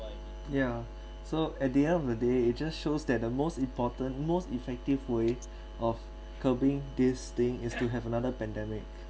yeah so at the end of the day it just shows that the most important most effective way of curbing this thing is to have another pandemic